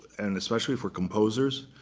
and especially for composers,